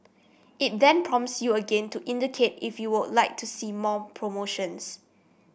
it then prompts you again to indicate if you would like to see more promotions